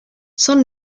son